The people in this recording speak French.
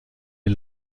est